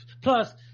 Plus